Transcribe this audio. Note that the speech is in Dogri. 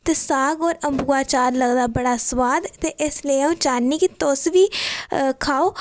ते सागऔर अम्बुआ दा चार लगदा बड़ा सुाद इस लेई अ'ऊं चाह्न्नी कि तुस बी खाओ